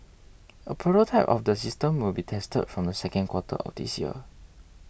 a prototype of the system will be tested from the second quarter of this year